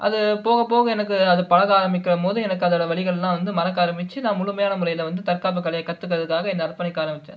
அது போக போக எனக்கு அது பழக ஆரமிக்கபோது எனக்கு அதோட வலிகள்லாம் வந்து மறக்க ஆரமிச்சு நான் முழுமையான முறையில் வந்து தற்காப்பு கலையை கற்றுக்கறதுக்காக என்ன அர்ப்பணிக்க ஆரமிச்சேன்